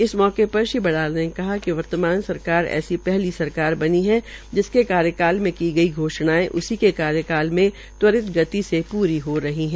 इस मौके पर भी बराला ने कहा कि वर्तमान सरकार ऐसी पहली सरकार बनी है जिसके कार्यकाल में की गई घोषणायें उसीके कार्यकाल में त्वरित गति से पूरी हो रही है